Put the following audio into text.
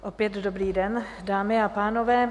Opět dobrý den, dámy a pánové.